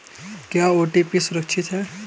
क्या ओ.टी.पी सुरक्षित है?